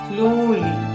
Slowly